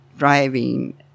Driving